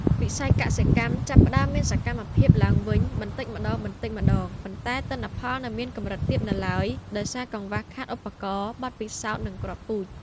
វិស័យកសិកម្មចាប់ផ្ដើមមានសកម្មភាពឡើងវិញបន្តិចម្ដងៗ ប៉ុន្តែទិន្នផលនៅមានកម្រិតទាបនៅឡើយដោយសារកង្វះខាតឧបករណ៍ បទពិសោធន៍ និងគ្រាប់ពូជ។